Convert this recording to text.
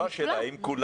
מורים וסייעות, כולם?